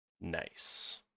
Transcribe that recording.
Nice